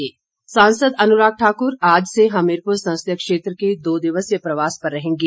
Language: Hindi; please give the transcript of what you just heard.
अनुराग ठाकुर सांसद अनुराग ठाकुर आज से हमीरपुर संसदीय क्षेत्र के दो दिवसीय प्रवास पर रहेंगे